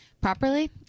properly